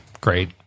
Great